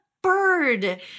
bird